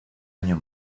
año